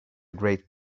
great